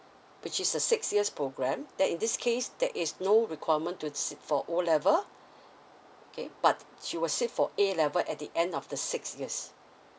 which is a six years' programme that in this case there is no requirement to to sit for O level okay but she were sit for A level at the end of the six years